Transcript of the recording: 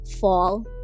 fall